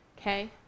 Okay